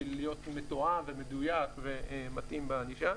בשביל להיות מתואם ומדויק ומתאים בענישה.